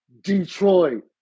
Detroit